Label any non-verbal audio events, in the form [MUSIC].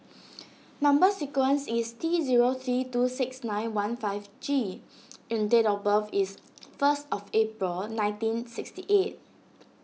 [NOISE] Number Sequence is T zero three two six nine one five G and date of birth is first of April nineteen sixty eight